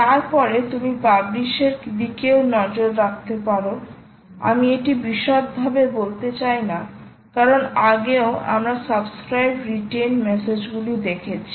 তারপরে তুমি পাবলিশের দিকেও নজর রাখতে পারো আমি এটি বিশদভাবে বলতে চাই না কারণ আগেও আমরা সাবস্ক্রাইব রিটেন মেসেজগুলি দেখেছি